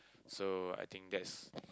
so I think that's